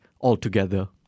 altogether